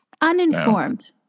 Uninformed